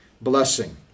blessing